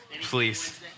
please